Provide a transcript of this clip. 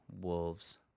Wolves